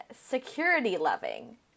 security-loving